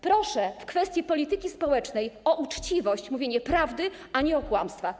Proszę w kwestii polityki społecznej o uczciwość, o mówienie prawdy, a nie o kłamstwa.